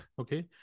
Okay